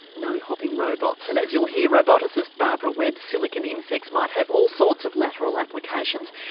no hopping robots, and as you'll hear, roboticist barbara webb silicone insects might have all sorts of lateral applications.